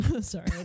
Sorry